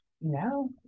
No